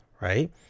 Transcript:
right